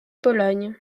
bologne